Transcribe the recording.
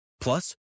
Plus